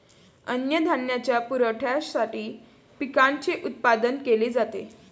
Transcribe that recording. अन्नधान्याच्या पुरवठ्यासाठी पिकांचे उत्पादन केले जाते